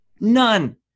none